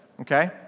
okay